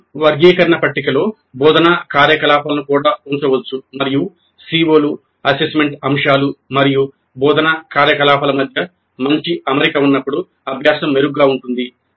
మేము వర్గీకరణ పట్టికలో బోధనా కార్యకలాపాలను కూడా ఉంచవచ్చు మరియు CO లు అసెస్మెంట్ అంశాలు మరియు బోధనా కార్యకలాపాల మధ్య మంచి అమరిక ఉన్నప్పుడు అభ్యాసం మెరుగ్గా ఉంటుంది